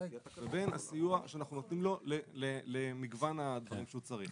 לבין הסיוע שאנחנו נותנים לו למגוון הדברים שהוא צריך.